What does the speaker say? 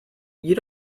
you